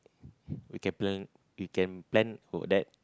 we can plan we can plan for that